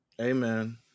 Amen